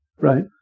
right